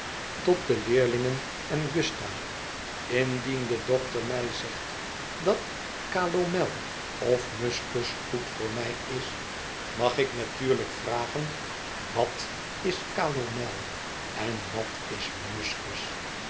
tot de leerlingen en gusta indien de dokter mij zegt dat calomel of muskus goed voor mij is mag ik natuurlijk vragen wat is calomel en wat is